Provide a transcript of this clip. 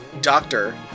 doctor